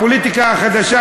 הפוליטיקה החדשה,